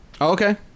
Okay